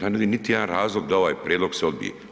Ja ne vidim niti jedan razlog da ovaj prijedlog se odbije.